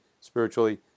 spiritually